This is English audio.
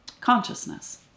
consciousness